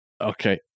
Okay